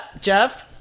Jeff